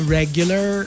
regular